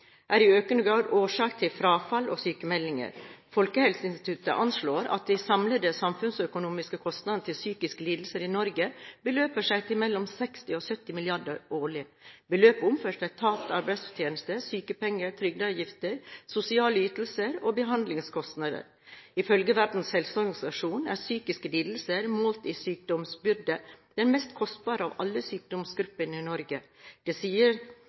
– i økende grad årsak til frafall og sykmeldinger. Folkehelseinstituttet anslår at de samlede samfunnsøkonomiske kostnadene for psykiske lidelser i Norge beløper seg til mellom 60 mrd. kr og 70 mrd. kr årlig. Beløpet omfatter tapt arbeidsfortjeneste, sykepenger, trygdeutgifter, sosiale ytelser og behandlingskostnader. Ifølge Verdens helseorganisasjon er psykiske lidelser, målt i sykdomsbyrde, den mest kostbare av alle sykdomsgrupper i Norge. Det sier